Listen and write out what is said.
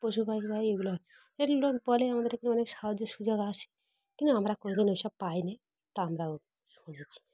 পশুপখি ভাই এগুলো হয় এগুল লোক বলে আমাদের এ অনেক সাহায্যের সুযোগ আসে কিন্তু আমরা কোনো দিন ওই সব পাইনি তা আমরাও শুনেছি